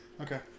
Okay